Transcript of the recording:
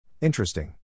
Interesting